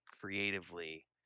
creatively